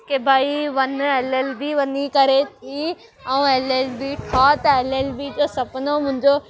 की भई वञ एल एल बी वञी करे ई ऐं एल एल बी ठहो त एल एल बी त सुपिनो मुंहिंजो